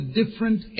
different